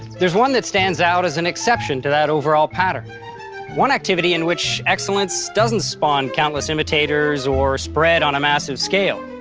there's one that stands out as an exception to that overall pattern one activity in which excellence doesn't spawn countless imitators or spread on a massive scale.